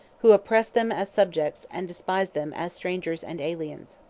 who oppressed them as subjects, and despised them as strangers and aliens.